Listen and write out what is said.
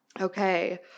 Okay